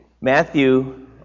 Matthew